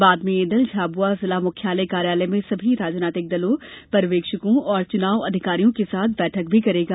बाद में यह दल झाबुआ जिला मुख्यालय कार्यालय में सभी राजनीतिक दलों पर्यवेक्षकों और चुनाव अधिकारियों के साथ बैठक भी करेगा